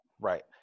Right